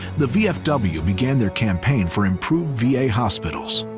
the vfw began their campaign for improved va hospitals,